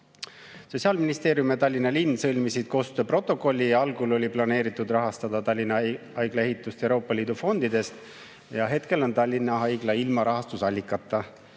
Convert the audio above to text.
Sotsiaalministeerium ja Tallinna linn sõlmisid koostööprotokolli ja algul oli planeeritud rahastada Tallinna Haigla ehitust Euroopa Liidu fondidest. Praegu on Tallinna Haigla rahastusallikata.